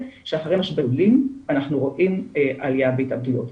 שאחרי -- -אנחנו רואים עליה בהתאבדויות.